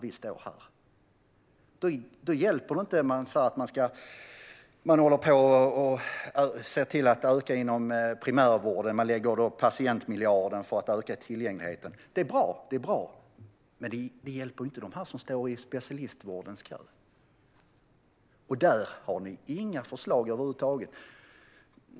Då hjälper det inte att säga att man håller på att öka resurserna till primärvården och att man lägger fram förslag om en patientmiljard för att öka tillgängligheten. Det är bra. Men det hjälper inte dem som står i kö till specialistvården. Där har ni inga förslag över huvud taget.